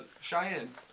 Cheyenne